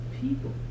people